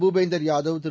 Bhupender Yadav Thiru